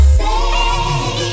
say